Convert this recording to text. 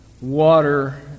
water